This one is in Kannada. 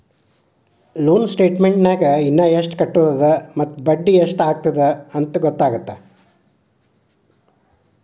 ಲೋನ್ ಸ್ಟೇಟಮೆಂಟ್ನ್ಯಾಗ ಇನ ಎಷ್ಟ್ ಕಟ್ಟೋದದ ಮತ್ತ ಬಡ್ಡಿ ಎಷ್ಟ್ ಆಗ್ಯದಂತ ಗೊತ್ತಾಗತ್ತ